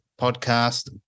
Podcast